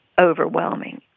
overwhelming